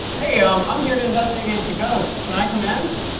hey, um i'm here to investigate the ghosts. can i come and